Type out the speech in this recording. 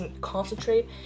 concentrate